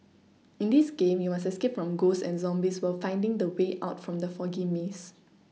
in this game you must escape from ghosts and zombies while finding the way out from the foggy maze